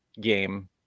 game